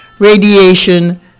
Radiation